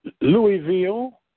Louisville